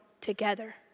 together